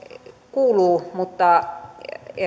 kuuluu mutta